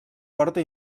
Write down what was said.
porta